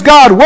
God